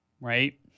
right